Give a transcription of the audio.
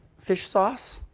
fish sauce,